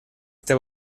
este